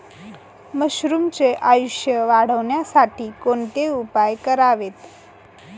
मशरुमचे आयुष्य वाढवण्यासाठी कोणते उपाय करावेत?